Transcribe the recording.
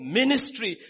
ministry